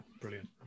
brilliant